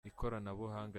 ikoranabuhanga